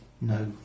no